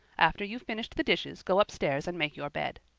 after you've finished the dishes go up-stairs and make your bed.